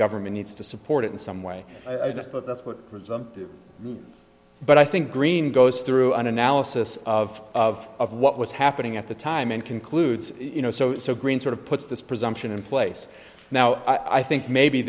government needs to support it in some way but that's what prism but i think green goes through an analysis of of of what was happening at the time and concludes you know so so green sort of puts this presumption in place now i think maybe